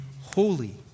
holy